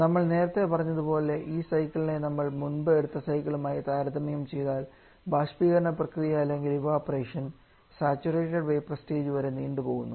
നമ്മൾ നേരത്തെ പറഞ്ഞതുപോലെ ഈ സൈക്കിളിനെ നമ്മൾ മുൻപ് എടുത്ത സൈക്കിളുമായി താരതമ്യം ചെയ്താൽ ബാഷ്പീകരണ പ്രക്രിയ അല്ലെങ്കിൽ ഇവപൊറേഷൻ സാച്ചുറേറ്റഡ് വേപ്പർ സ്റ്റേജ് വരെ നീണ്ടു പോകുന്നു